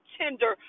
tender